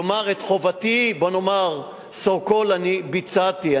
כלומר, את חובתי, נאמר, so called, אני ביצעתי.